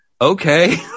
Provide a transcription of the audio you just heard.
okay